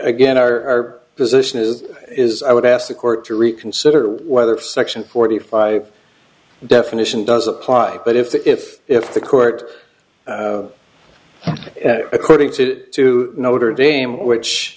again our position is is i would ask the court to reconsider whether section forty five definition does apply but if if if the court according to to notre dame which